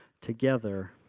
together